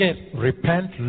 Repent